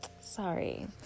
Sorry